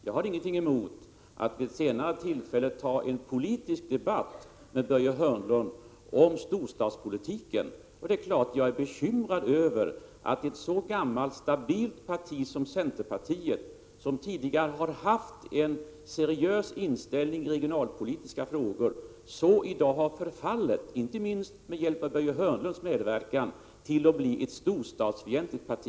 Jag har ingenting emot att vid ett senare tillfälle ta en politisk debatt med Börje Hörnlund om storstadspolitiken, och det är klart att jag är bekymrad över att ett så stabilt parti som centerpartiet, som tidigare har haft en seriös inställning i regionalpolitiska frågor, har förfallit — inte minst genom Börje Hörnlunds medverkan -— till att bli ett storstadsfientligt parti.